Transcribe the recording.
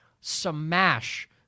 Smash